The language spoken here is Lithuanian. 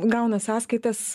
gauna sąskaitas